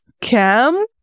Cam